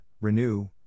renew